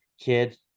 kid